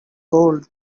gold